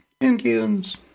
Indians